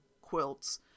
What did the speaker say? quilts